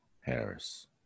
Harris